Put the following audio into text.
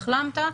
החלמת,